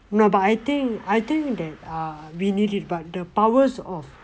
no but I think I think that err we need it but the powers of